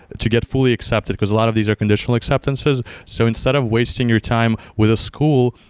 to get fully accepted, because a lot of these are conditional acceptances. so instead of wasting your time with a school,